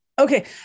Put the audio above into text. Okay